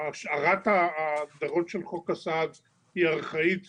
שהשערת ההגדרות של חוק הסעד היא ארכאית,